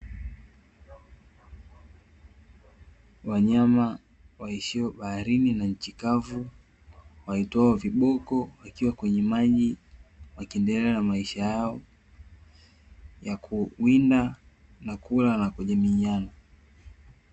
Wanyama waishio baharini na nchi kavu, waitwao viboko, wakiwa kwenye maji wakiendelea na maisha yao ya kuwinda, kula na kujamiana.